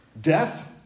Death